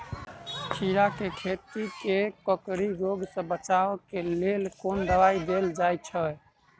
खीरा केँ लाती केँ कोकरी रोग सऽ बचाब केँ लेल केँ दवाई देल जाय छैय?